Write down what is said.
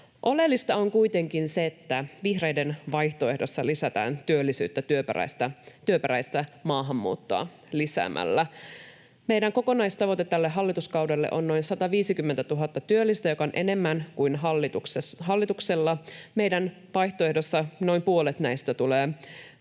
Oleellista on kuitenkin se, että vihreiden vaihtoehdossa lisätään työllisyyttä työperäistä maahanmuuttoa lisäämällä. Meidän kokonaistavoite tälle hallituskaudelle on noin 150 000 työllistä, mikä on enemmän kuin hallituksella. Meidän vaihtoehdossa noin puolet näistä tulee maahanmuuttoa